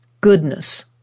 goodness